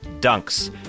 dunks